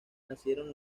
nacieron